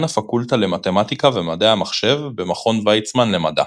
הפקולטה למתמטיקה ומדעי המחשב במכון ויצמן למדע.